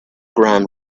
ground